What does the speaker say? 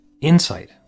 insight